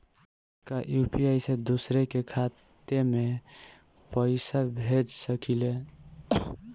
का यू.पी.आई से दूसरे के खाते में पैसा भेज सकी ले?